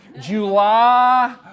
July